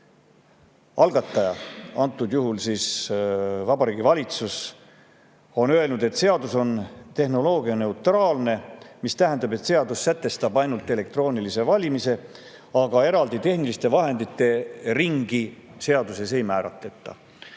Algataja, praegusel juhul Vabariigi Valitsus, on öelnud, et seadus on tehnoloogianeutraalne, mis tähendab, et seadus sätestab ainult elektroonilise valimise, aga eraldi tehniliste vahendite ringi seaduses ei määratleta.